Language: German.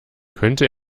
könnte